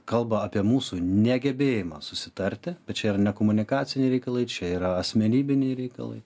kalba apie mūsų negebėjimą susitarti čia ne komunikaciniai reikalai čia yra asmenybiniai reikalai